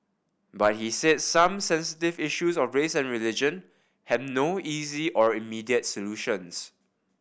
but he said some sensitive issues of race and religion have no easy or immediate solutions